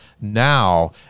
now